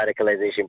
radicalization